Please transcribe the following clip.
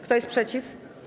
Kto jest przeciw?